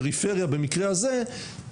פריפריה במקרה הזה,